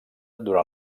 durant